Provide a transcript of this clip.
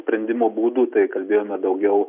sprendimo būdų tai kalbėjome daugiau